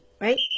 right